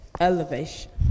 elevation